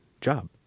job